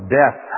death